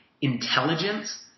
intelligence